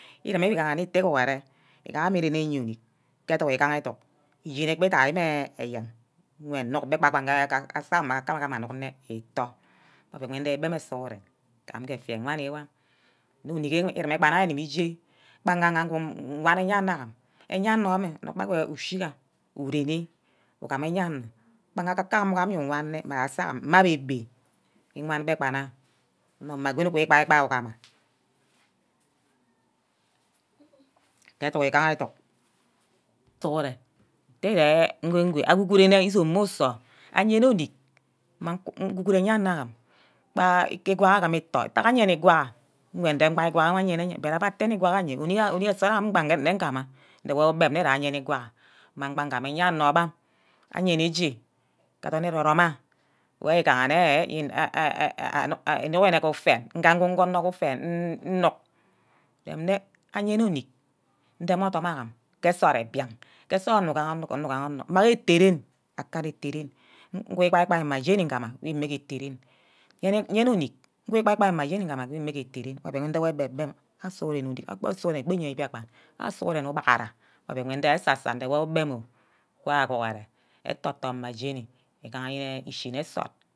Ireme nne itte guhuren igaha amme mmuyene uye onick ke edug egaha edug, eshineh gbe itai mme eyen, nnuck gbe gbage asasorm mene aka kam agama anugnne itoh mme oven nwe igbem eh urume gbe nne ugume nje gbanga ngup nwan nne mme asasom mma abe gbe iwan gbe gba nna anor mma goni agoni wana igbai-bai uguma ke educk egaha suguren nte ngo ogugure izome mme usor ayene ornick mma ngugoro ayenna asim gba igwa agim itoh ntack ayene igwaha ngwe ndembe igwaha ayennehe but abbe attene igwa aye unick nsort ama mbange nne gama nduwor ugbem nne ja ayeni igwaha mmang gba gama eyenor gba ayene eje ke adorn ero-rome am wor ighanne arekufene nga gugu onor ke ufene nnuck mbiang, ke nsort onor ugaha onor, mma ke-ren aka efe ren-wuni igbai-gbai mma jeni nguma mme ke ete-ren yene unick, wana igbai-gbai mme jeni nguma mme ke ette ren go oven iduwor ke egbem-gbem awor sughuren egbi yene biakpan, asughuren ubaghara oven ndewor esa sa, ndewor orgbem oh wa aguhure ethor ethor mma jeni igahanne ishineh nsort.